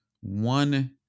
one